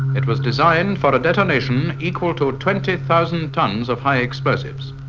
it was designed and for a detonation equal to twenty thousand tonnes of high explosives.